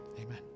Amen